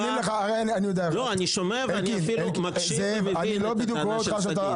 אני שומע ואני אפילו מקשיב ומבין את הטענה של היועצת המשפטית.